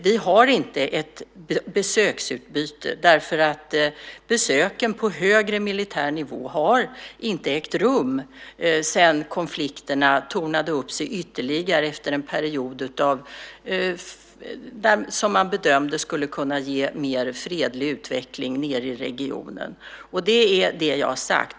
Vi har inte ett besöksutbyte, besök på högre militär nivå har inte ägt rum sedan konflikterna tornade upp sig ytterligare efter en period som, som man bedömde, skulle ge en mer fredlig utveckling i regionen. Det är det jag har sagt.